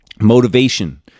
motivation